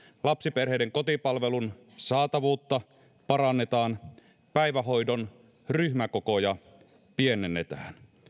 lapsiperheiden kotipalvelun saatavuutta parannetaan päivähoidon ryhmäkokoja pienennetään